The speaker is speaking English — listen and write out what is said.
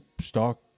stock